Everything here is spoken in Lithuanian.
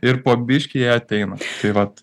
ir po biškį jie ateina tai vat